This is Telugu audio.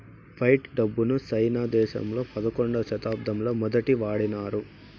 ఫైట్ డబ్బును సైనా దేశంలో పదకొండవ శతాబ్దంలో మొదటి వాడినారు